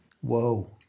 Whoa